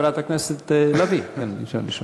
חברת הכנסת לביא ביקשה לשאול.